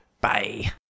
bye